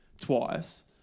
twice